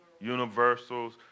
Universals